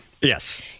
Yes